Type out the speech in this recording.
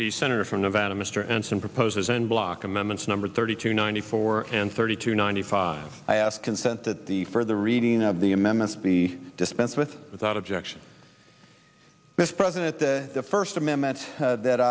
the senator from nevada mr and some proposals and block amendments number thirty two ninety four and thirty two ninety five i ask consent that the further reading of the amendments be dispensed with without objection this president the first amendment that